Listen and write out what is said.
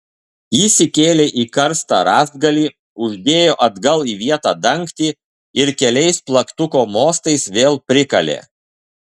jis įkėlė į karstą rąstgalį uždėjo atgal į vietą dangtį ir keliais plaktuko mostais vėl prikalė